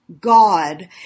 God